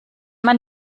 man